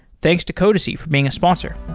thanks to codacy for being a sponsor.